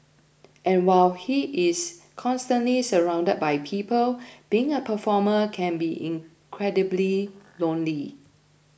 and while he is constantly surrounded by people being a performer can be incredibly lonely